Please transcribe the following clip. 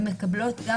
אלה הוראות החוק היום.